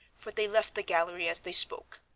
for they left the gallery as they spoke.